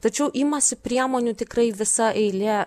tačiau imasi priemonių tikrai visa eilė